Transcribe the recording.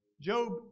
Job